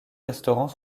restaurants